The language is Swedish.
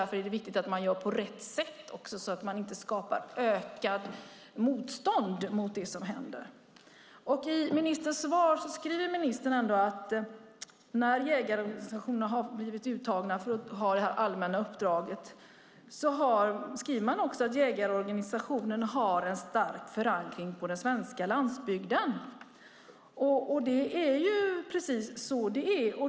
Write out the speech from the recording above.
Det är därför viktigt att man gör på rätt sätt så att man inte skapar ökat motstånd mot det som händer. I ministerns svar skriver ministern att jägarorganisationerna har blivit uttagna för att ha detta allmänna uppdrag för att jägarorganisationerna har en stark förankring på den svenska landsbygden. Det är precis så det är.